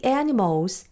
animals